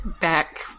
back